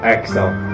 Exhale